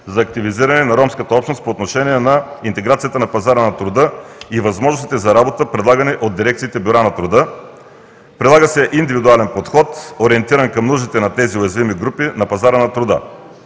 за активизиране на ромската общност по отношение на интеграцията на пазара на труда и възможностите за работа, предлагани от дирекциите „Бюра на труда“. Прилага се индивидуален подход, ориентиран към нуждите на тези уязвими групи на пазара на труда.